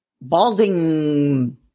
balding